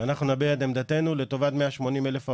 אנחנו נביע את עמדנו לטובת מאה שמונים אלף העובדים,